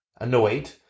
annoyed